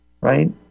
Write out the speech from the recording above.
right